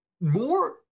more